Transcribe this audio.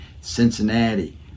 Cincinnati